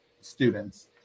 students